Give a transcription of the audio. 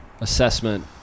assessment